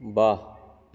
बाह